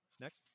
Next